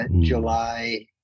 July